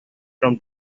from